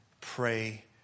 pray